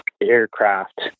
aircraft